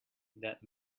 that